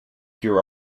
hear